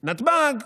נתב"ג.